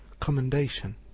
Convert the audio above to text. commendation,